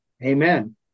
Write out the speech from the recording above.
Amen